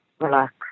relax